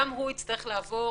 גם הוא יצטרך לעבור